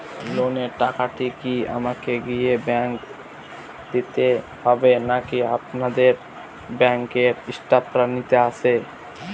লোনের টাকাটি কি আমাকে গিয়ে ব্যাংক এ দিতে হবে নাকি আপনাদের ব্যাংক এর স্টাফরা নিতে আসে?